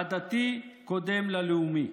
ה"דתי" קודם ל"לאומי",